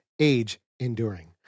age-enduring